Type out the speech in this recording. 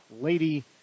Lady